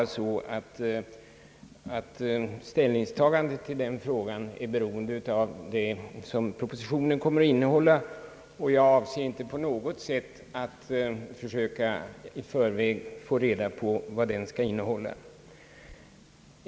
Ställningstagandet i sådana frågor kan nämligen bero av det som propositionen kommer att innehålla, och jag avser inte på något sätt att i förväg söka få reda på vad propositionen skall innehålla.